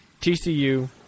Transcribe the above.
TCU